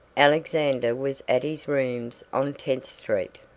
alexander was at his rooms on tenth street,